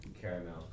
Caramel